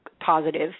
positive